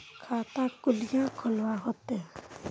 खाता कुनियाँ खोलवा होते?